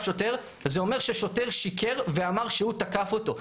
שוטר זה אומר ששוטר שיקר ואמר שהוא תקף אותו,